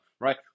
right